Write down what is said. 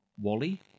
Wally